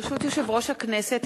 ברשות יושב-ראש הכנסת,